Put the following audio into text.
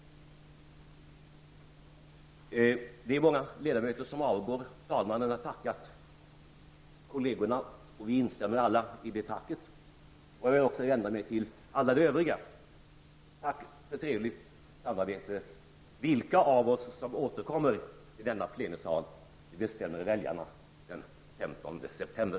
Det är många ledamöter som avgår. Talmannen har tackat kollegerna, och vi instämmer alla i det tacket. Jag vill också vända mig till alla de övriga. Tack för trevligt samarbete! Vilka av oss som återkommer till denna plenisal bestämmer väljarna den 15 september.